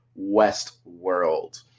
Westworld